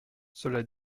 cela